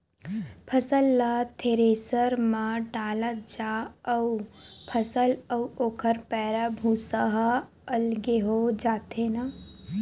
फसल ल थेरेसर म डालत जा अउ फसल अउ ओखर पैरा, भूसा ह अलगे हो जाथे न